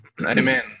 amen